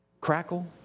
crackle